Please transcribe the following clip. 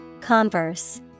Converse